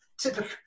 typical